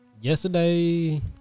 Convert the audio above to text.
Yesterday